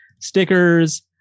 stickers